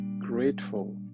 grateful